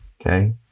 Okay